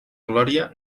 glòria